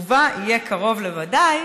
ובה יהיה קרוב לוודאי